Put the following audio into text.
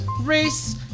race